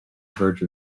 verge